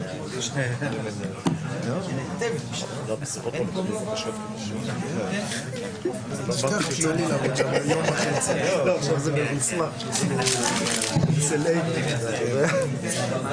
ננעלה בשעה 16:15.